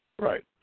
Right